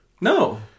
No